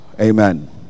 Amen